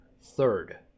Third